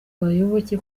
abayoboke